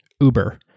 Uber